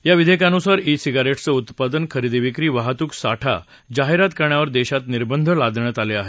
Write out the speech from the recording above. या विधेयकानुसार ई सिगारेट्सचं उत्पादन खरेदी विक्री वाहतूक साठा आणि जाहिरात करण्यावर देशात निर्बंध लावण्यात आले आहेत